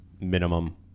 minimum